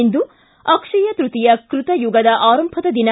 ಇಂದು ಅಕ್ಷಯ ತೃತೀಯ ಕೃತಯುಗದ ಆರಂಭದ ದಿನ